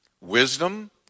Wisdom